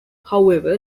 however